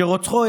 שרוצחו,